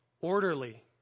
orderly